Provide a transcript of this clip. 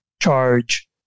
charge